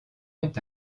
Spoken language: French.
est